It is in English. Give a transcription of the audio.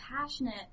passionate